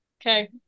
Okay